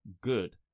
good